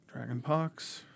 Dragonpox